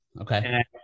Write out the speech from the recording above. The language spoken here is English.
Okay